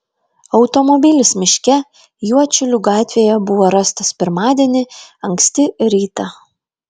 automobilis miške juodšilių gatvėje buvo rastas pirmadienį anksti rytą